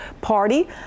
party